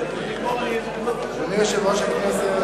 אדוני יושב-ראש הכנסת,